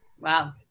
Wow